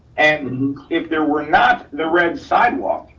and if there were not the red sidewalk,